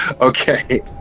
Okay